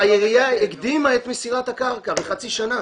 העירייה הקדימה את מסירת הקרקע בחצי שנה.